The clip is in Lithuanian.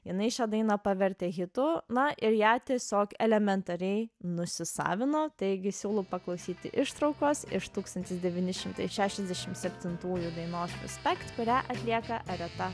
jinai šią dainą pavertė hitu na ir ją tiesiog elementariai nusisavino taigi siūlau paklausyti ištraukos iš tūkstantis devyni šimtai šešiasdešim septintųjų dainos respect kurią atlieka areta